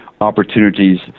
opportunities